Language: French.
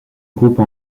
groupe